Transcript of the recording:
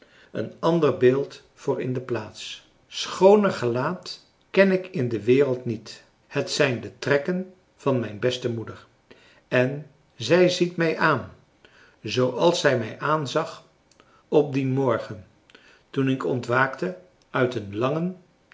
een ander beeld voor in de plaats schooner gelaat ken ik in de wereld niet het zijn de trekken van mijn beste moeder en zij ziet mij aan zooals zij mij aanzag op dien morgen toen ik ontwaakte uit een langen